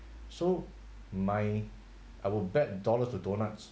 so my I'll bet dollars two doughnuts